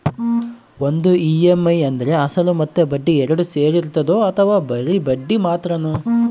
ಒಂದು ಇ.ಎಮ್.ಐ ಅಂದ್ರೆ ಅಸಲು ಮತ್ತೆ ಬಡ್ಡಿ ಎರಡು ಸೇರಿರ್ತದೋ ಅಥವಾ ಬರಿ ಬಡ್ಡಿ ಮಾತ್ರನೋ?